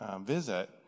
visit